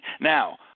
now